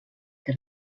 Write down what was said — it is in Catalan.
que